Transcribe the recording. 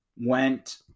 went